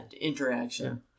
interaction